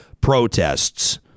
protests